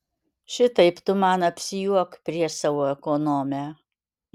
šitaip tu man apsijuok prieš savo ekonomę